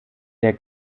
der